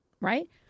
right